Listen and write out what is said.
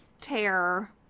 terror